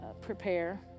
prepare